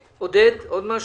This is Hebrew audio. עודד, עוד משהו?